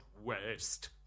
west